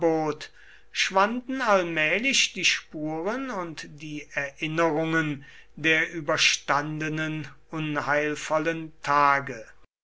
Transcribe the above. schwanden allmählich die spuren und die erinnerungen der überstandenen unheilvollen tage